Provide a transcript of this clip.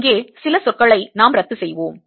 இங்கே சில சொற்களை நாம் ரத்து செய்வோம்